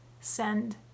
send